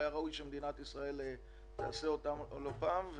שהיה ראוי שמדינת ישראל תעשה אותן לא פעם.